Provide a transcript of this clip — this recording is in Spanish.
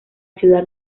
ciudad